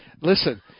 listen